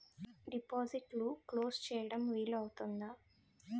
డిపాజిట్లు క్లోజ్ చేయడం వీలు అవుతుందా?